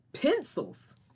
pencils